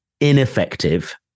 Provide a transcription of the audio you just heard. ineffective